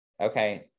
okay